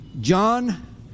John